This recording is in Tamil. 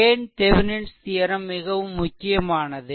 ஏன் தெவெனின்ஸ் தியெரம் மிகவும் முக்கியமானது